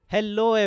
Hello